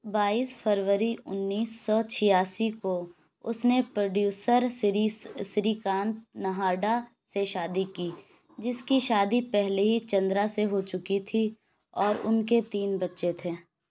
بائیس فروری انیس سو چھیاسی کو اس نے پروڈیوسر سری کانت نہاڈا سے شادی کی جس کی شادی پہلے ہی چندرا سے ہو چکی تھی اور ان کے تین بچے تھے